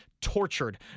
tortured